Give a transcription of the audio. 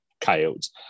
coyotes